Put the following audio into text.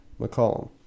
McCollum